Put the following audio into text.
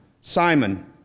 Simon